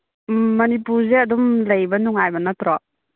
ꯃꯅꯤꯄꯨꯔꯁꯦ ꯑꯗꯨꯝ ꯂꯩꯕ ꯅꯨꯡꯉꯥꯏꯕ ꯅꯠꯇ꯭ꯔꯣ